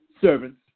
servants